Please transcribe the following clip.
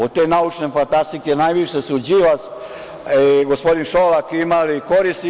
Od te naučne fantastike najviše su Đilas i gospodin Šolak imali koristi.